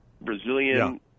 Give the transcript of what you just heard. Brazilian